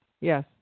Yes